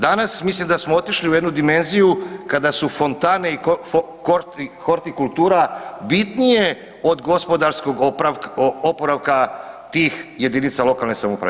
Danas mislim da smo otišli u jednu dimenziju kada su fontane i hortikultura bitnije od gospodarskog oporavka tih jedinica lokalne samouprave.